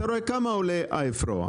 אתה רואה כמה עולה האפרוח,